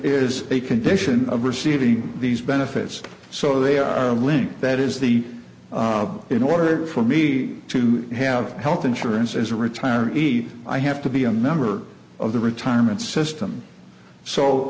a condition of receiving these benefits so they are linked that is the problem in order for me to have health insurance as a retiring eat i have to be a member of the retirement system so